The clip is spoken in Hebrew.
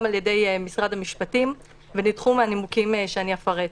על-ידי משרד המשפטים ונדחו מהנימוקים שאפרט: